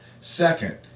Second